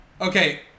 Okay